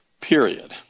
period